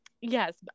yes